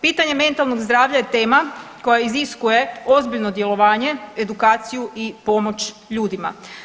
Pitanje mentalnog zdravlja je tema koja iziskuje ozbiljno djelovanje, edukaciju i pomoć ljudima.